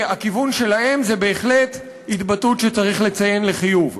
מהכיוון שלהם זו בהחלט התבטאות שצריך לציין לחיוב.